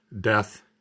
Death